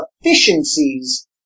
efficiencies